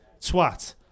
twat